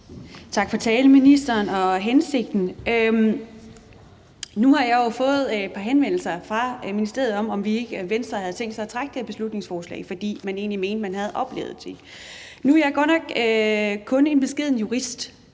for talen og hensigten. Nu har jeg jo fået et par henvendelser fra ministeriet om, om Venstre ikke havde tænkt sig at trække det her beslutningsforslag, fordi man egentlig mente, man havde opfyldt det. Nu er jeg godt nok kun en beskeden jurist,